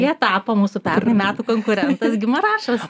ja tapo mūsų pernai metų konkurentas gimarašaras